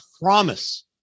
promise